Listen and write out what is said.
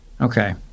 Okay